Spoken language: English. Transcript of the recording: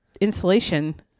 insulation